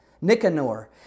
Nicanor